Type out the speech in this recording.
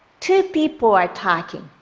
two people are talking.